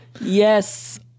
yes